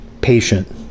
patient